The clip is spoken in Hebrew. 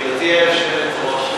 גברתי היושבת-ראש,